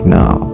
now